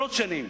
עשרות שנים.